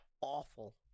awful